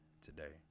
today